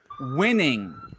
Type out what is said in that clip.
winning